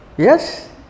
Yes